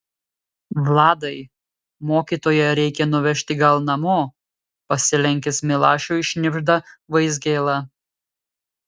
vladai mokytoją reikia nuvežti gal namo pasilenkęs milašiui šnibžda vaizgėla